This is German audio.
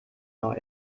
neu